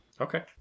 Okay